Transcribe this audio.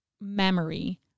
memory